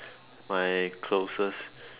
my closest